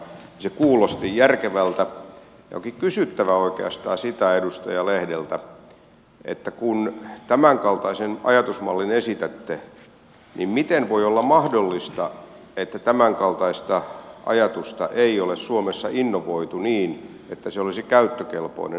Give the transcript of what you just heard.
se kuulosti järkevältä ja onkin oikeastaan kysyttävä sitä edustaja lehdeltä että kun tämän kaltaisen ajatusmallin esitätte niin miten voi olla mahdollista että tämän kaltaista ajatusta ei ole suomessa innovoitu niin että se olisi käyttökelpoinen